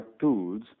tools